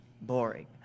boring